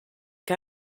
que